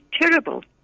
terrible